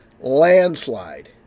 Landslide